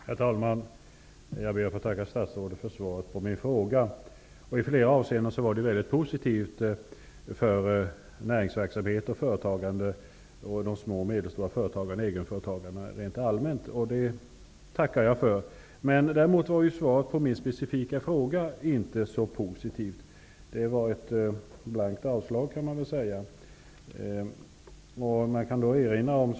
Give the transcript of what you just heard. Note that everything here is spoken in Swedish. Herr talman! Jag ber att få tacka statsrådet för svaret på min fråga. I flera avseenden innehöll svaret mycket som var positivt för näringsverksamheten, de små och medelstora företagen och egenföretagarna rent allmänt. Det tackar jag för. Däremot var svaret på min specifika fråga inte så positivt. Man kan väl säga att det var ett blankt avslag.